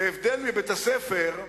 בהבדל מבית-הספר,